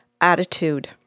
attitude